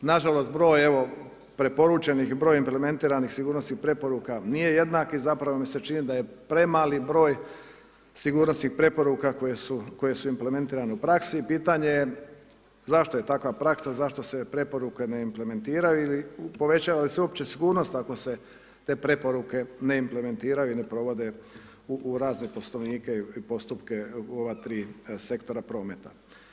Nažalost broj evo preporučenih broj implementiranih sigurnosnih preporuka nije jednak i zapravo mi se čini da je premali broj sigurnosnih preporuka koje su implementirane u praksi i pitanje je zašto je takva praksa, zašto se preporuke ne implementiraju i povećava li se uopće sigurnost ako se te preporuke ne implementiraju i ne provode u razne poslovnike i postupke u ova tri sektora prometa.